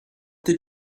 did